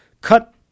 cut